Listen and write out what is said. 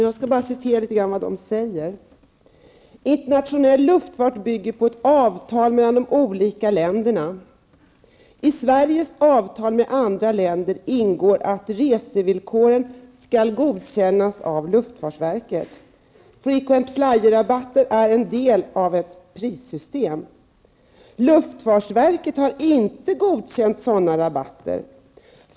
Jag skall bara citera litet av det de säger: ''Internationell luftfart bygger på avtal mellan de olika länderna. I Sveriges avtal med andra länder ingår att resevillkoren skall godkännas av luftfartsverket. Frequent flyer-rabatter är en del av prissystemet. Luftfartsverket har inte godkänt sådana rabatter.